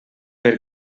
per